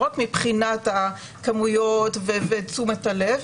לא רק מבחינת הכמויות ותשומת הלב,